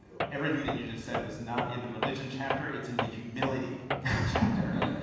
everything that you just said was not in the religion chapter, it's in the humility chapter.